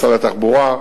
משרד התחבורה,